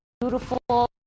beautiful